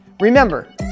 Remember